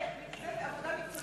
זאת עבודה מקצועית בלבד.